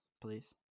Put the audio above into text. please